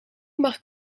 maar